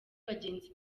bagenzi